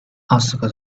ask